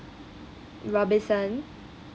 robinson